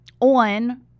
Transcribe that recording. on